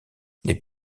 les